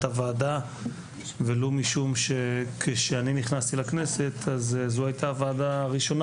הוועדה ולו משום שכשאני נכנסתי לכנסת זו הייתה הוועדה הראשונה,